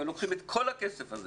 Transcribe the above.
הפתרון: אם היו לוקחים את כל הכסף הזה